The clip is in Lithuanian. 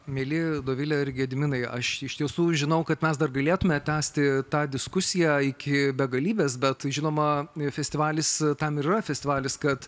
mieli dovile ir gediminai aš iš tiesų žinau kad mes dar galėtume tęsti tą diskusiją iki begalybės bet žinoma festivalis tam yra festivalis kad